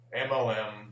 MLM